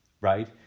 right